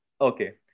Okay